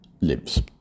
lives